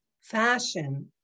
fashion